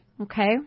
Okay